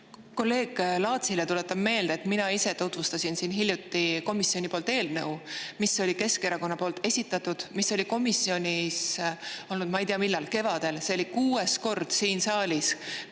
Kolleeg Laatsile tuletan meelde, et mina ise tutvustasin siin hiljuti komisjoni [arutelu] eelnõu üle, mis oli Keskerakonna poolt esitatud ja mis oli komisjonis olnud ma ei tea millal, kevadel. See oli kuues kord siin saalis,